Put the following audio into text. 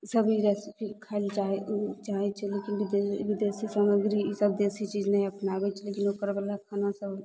सब ई रेसिपी खाइ लए चाहय चाहय छै लेकिन विदे विदेशी सामग्री ईसब देशी चीज नहि अपनाबय छै लेकिन नहि ओकरवला खाना सब